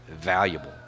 valuable